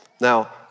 Now